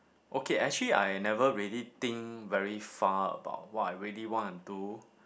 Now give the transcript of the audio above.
okay actually I never really think very far about what I really want to do